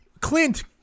Clint